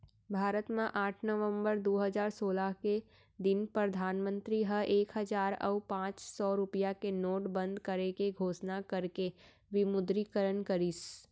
भारत म आठ नवंबर दू हजार सोलह के दिन परधानमंतरी ह एक हजार अउ पांच सौ रुपया के नोट बंद करे के घोसना करके विमुद्रीकरन करिस